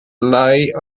lie